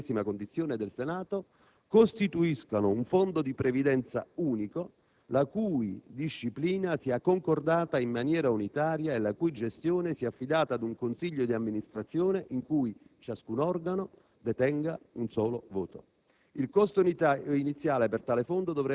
gli organi costituzionali (od a rilevanza costituzionale che versano nella medesima condizione del Senato) costituiscano un Fondo di previdenza unico, la cui disciplina sia concordata in maniera unitaria e la cui gestione sia affidata ad un consiglio di amministrazione in cui ciascun organo